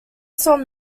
sold